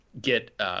get –